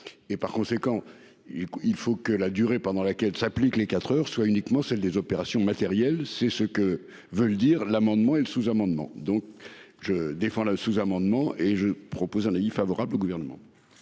Et par conséquent il il faut que la durée pendant laquelle s'appliquent les 4h soit uniquement celle des opérations matérielles. C'est ce que veulent dire l'amendement et le sous-amendement donc je défends le sous-amendement et je propose un avis favorable au gouvernement.